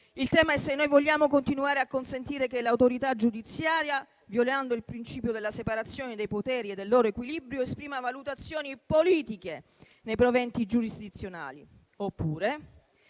Il tema è se vogliamo continuare a consentire che l'autorità giudiziaria, violando il principio della separazione dei poteri e del loro equilibrio, esprima valutazioni politiche nei provvedimenti giurisdizionali, oppure